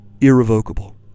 irrevocable